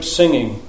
singing